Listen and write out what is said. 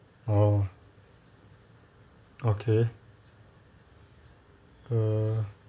oh okay err